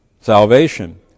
salvation